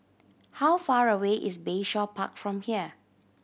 how far away is Bayshore Park from here